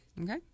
Okay